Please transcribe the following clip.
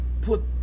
put